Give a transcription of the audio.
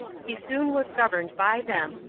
he soon was governed by them,